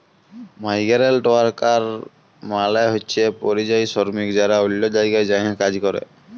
migrant worker মালে হছে পরিযায়ী শরমিক যারা অল্য জায়গায় যাঁয়ে কাজ ক্যরে